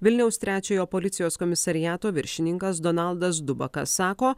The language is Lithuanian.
vilniaus trečiojo policijos komisariato viršininkas donaldas dubaka sako